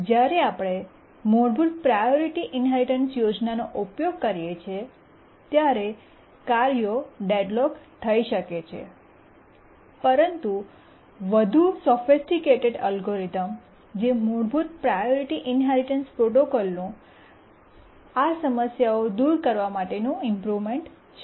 જ્યારે આપણે મૂળભૂત પ્રાયોરિટી ઇન્હેરિટન્સ યોજનાનો ઉપયોગ કરીએ છીએ ત્યારે કાર્યો ડેડલોક થઈ શકે છે પરંતુ વધુ સોફિસ્ટિકેટેડ અલ્ગોરિધમ્સ જે મૂળભૂત પ્રાયોરિટી ઇન્હેરિટન્સ પ્રોટોકોલનું આ સમસ્યાઓ દૂર કરવા માટેનું ઇમ્પ્રૂવ્મન્ટ છે